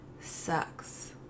sucks